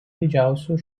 didžiausių